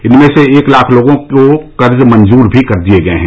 इनमें से एक लाख लोगों को कर्ज मंजूर भी कर दिए गए हैं